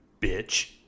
Bitch